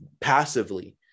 passively